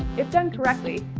if done correctly,